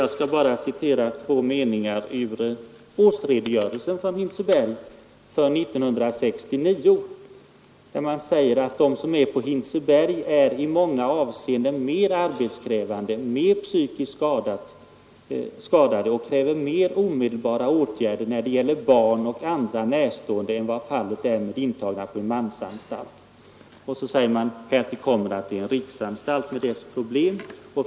Jag skall bara återge ett par meningar ur årsredogörelsen från Hinseberg för 1969. Där heter det att de på Hinseberg är i många avseenden ”mer arbetskrävande, mer psykiskt skadade och kräver mer omedelbara åtgärder när det gäller barn och andra närstående än vad fallet är med intagna på en mansanstalt”. Härtill kommer, anförs det, att Hinseberg är en riksanstalt med därav följande problem.